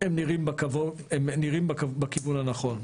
הם נראים בכיוון הנכון,